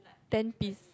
ten piece